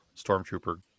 stormtrooper